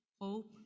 hope